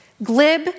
glib